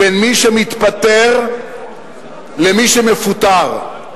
בין מי שמתפטר למי שמפוטר.